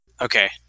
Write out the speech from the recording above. okay